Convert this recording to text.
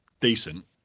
decent